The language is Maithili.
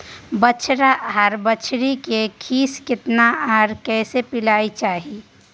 बछरा आर बछरी के खीस केतना आर कैसे पिलाना चाही?